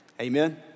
amen